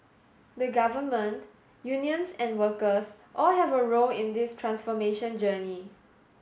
the Government unions and workers all have a role in this transformation journey